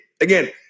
Again